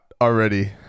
already